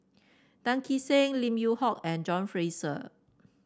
Tan Kee Sek Lim Yew Hock and John Fraser